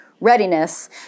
readiness